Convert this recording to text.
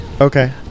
okay